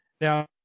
Now